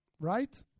Right